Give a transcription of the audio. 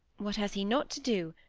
what has he not to do?